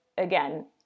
again